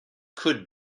could